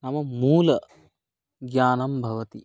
नाम मूलज्ञानं भवति